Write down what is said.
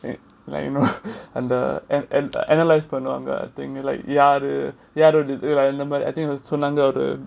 like like you know ana~ an~ an~ analyse பண்ணுவாங்க:pannuvanga I think like யாரு யாரோட பேரு:yaru yaroda peru I think சொன்னாங்க அது:sonnanga adhu